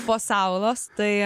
po saulos tai